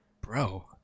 bro